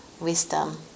wisdom